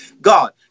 god